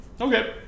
Okay